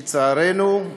לצערנו,